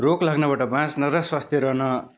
रोग लाग्नबाट बाँच्न र स्वस्थ्य रहन